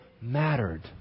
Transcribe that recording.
mattered